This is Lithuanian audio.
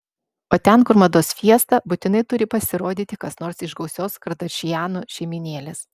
o ten kur mados fiesta būtinai turi pasirodyti kas nors iš gausios kardašianų šeimynėlės